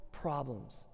Problems